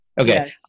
Okay